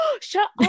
Shut